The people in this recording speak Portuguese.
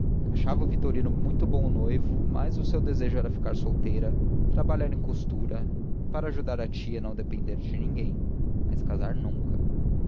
achava o vitorino muito bom noivo mas o seu desejo era ficar solteira trabalhar em costura para ajudar a tia e não depender de ninguém mas casar nunca